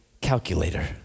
calculator